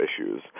issues